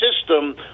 system